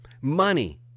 money